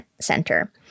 Center